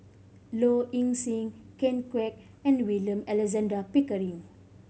Low Ing Sing Ken Kwek and William Alexander Pickering